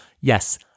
yes